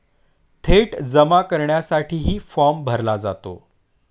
थेट जमा करण्यासाठीही फॉर्म भरला जातो